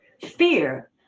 Fear